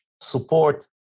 support